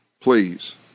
Please